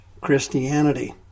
christianity